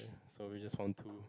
so we just found two